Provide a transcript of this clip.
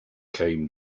came